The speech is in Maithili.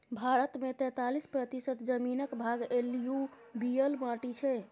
भारत मे तैतालीस प्रतिशत जमीनक भाग एलुयुबियल माटि छै